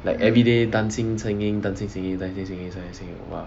like everyday dancing singing dancing singing dancing singing !wah!